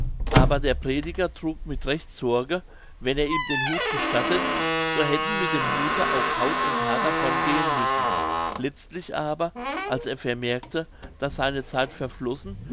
aber der prediger trug mit recht sorge wenn er ihm den hut gestattet so hätten mit dem hute auch haut und haar davongehen müssen letztlich aber als er vermerkte daß seine zeit verflossen